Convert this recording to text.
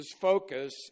focus